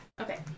Okay